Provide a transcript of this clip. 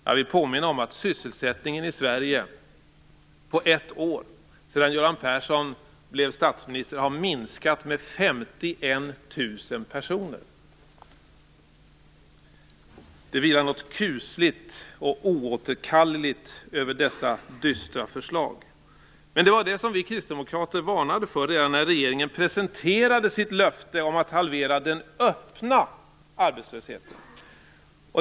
Jag vill påminna om att sysselsättningen i Sverige på ett år, sedan Göran Persson blev statsminister, har minskat med 51 000 personer. Det vilar något kusligt och oåterkalleligt över dessa dystra förslag, men det var det vi kristdemokrater varnade för redan när regeringen presenterade sitt löfte om att halvera den öppna arbetslösheten.